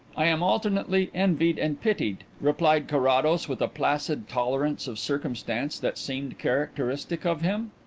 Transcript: i am alternately envied and pitied, replied carrados, with a placid tolerance of circumstance that seemed characteristic of him.